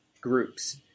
groups